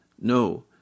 No